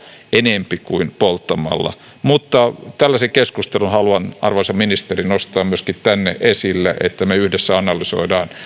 enempi kuin polttamalla tällaisen keskustelun haluan arvoisa ministeri myöskin nostaa tänne esille että me yhdessä analysoimme